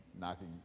knocking